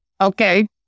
okay